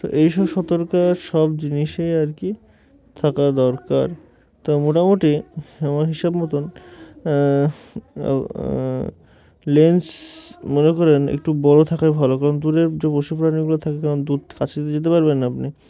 তো এইসব সতর্ক সব জিনিসই আর কি থাকা দরকার তো মোটামুটি আমার হিসাব মতন লেন্স মনে করেন একটু বড়ো থাকায় ভালো কারণ দূরের যে পশুপ্রাণীগুলো থাকে কারণ দূধ খাসিতে যেতে পারবেন আপনি